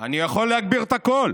אני יכול להגביר את הקול.